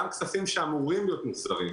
גם כספים שאמורים להיות מוחזרים.